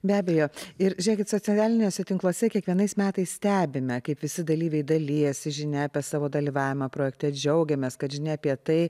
be abejo ir žiūrėkit socialiniuose tinkluose kiekvienais metais stebime kaip visi dalyviai dalijasi žinia apie savo dalyvavimą projekte džiaugiamės kad žinia apie tai